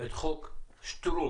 את חוק שטרום